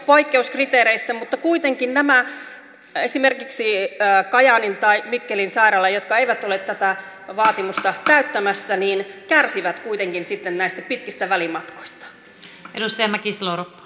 poikkeuskriteereissä mutta kuitenkin esimerkiksi nämä kajaanin tai mikkelin sairaalat jotka eivät ole tätä vaatimusta täyttämässä kärsivät kuitenkin sitten näistä pitkistä välimatkoista